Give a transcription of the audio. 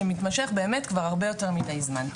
שמתמשך באמת כבר הרבה יותר מידי זמן.